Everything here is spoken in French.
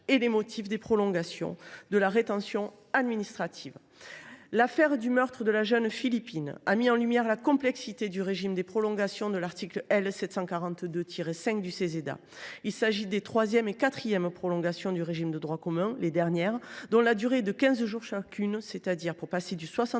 et les motifs des prolongations de la rétention administrative. L’affaire du meurtre de la jeune Philippine a mis en lumière la complexité du régime des prolongations au titre de l’article L. 742 5 du Ceseda : il s’agit des troisième et quatrième prolongations du régime de droit commun – les dernières –, dont la durée est de 15 jours chacune, qui permettent de passer du